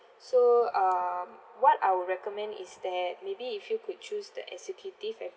so um what I would recommend is that maybe if you could choose the executive and